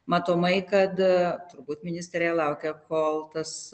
matomai kad turbūt ministrė laukia kol tas